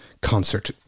concert